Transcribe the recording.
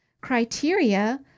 criteria